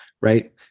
right